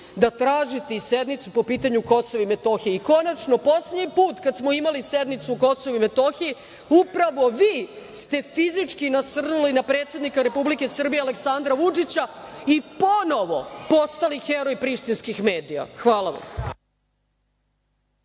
da tražite i sednicu po pitanju Kosova i Metohije. I konačno, poslednji put kad smo imali sednicu o Kosovu i Metohiji, upravo vi ste fizički nasrnuli na predsednika Republike Srbije Aleksandra Vučića i ponovo postali heroj prištinskih medija. Hvala vam.